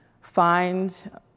find